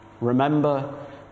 Remember